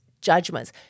judgments